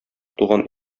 туган